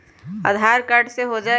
आधार card से हो जाइ?